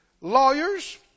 lawyers